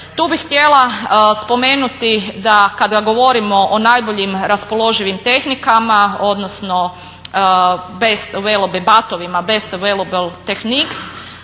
Tu bih htjela spomenuti da kada govorimo o najboljim raspoloživim tehnikama, odnosno best available batovima, best available technics,